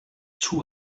two